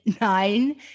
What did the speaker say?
nine